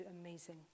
amazing